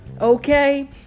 okay